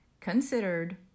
considered